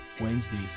Wednesdays